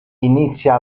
inizia